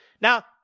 Now